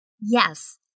Yes